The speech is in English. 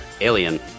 alien